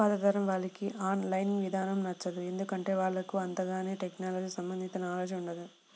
పాతతరం వాళ్లకి online ఇదానం నచ్చదు, ఎందుకంటే వాళ్లకు అంతగాని టెక్నలజీకి సంబంధించిన నాలెడ్జ్ ఉండదు